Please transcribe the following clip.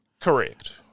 Correct